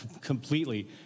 completely